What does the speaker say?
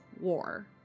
war